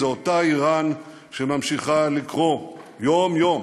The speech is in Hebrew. זו אותה איראן שממשיכה לקרוא יום-יום